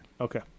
Okay